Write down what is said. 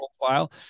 profile